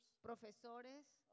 profesores